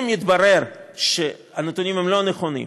אם יתברר שהנתונים הם לא נכונים,